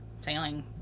sailing